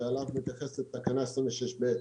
שעליו מתייחסת תקנה 26(ב).